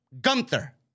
Gunther